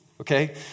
okay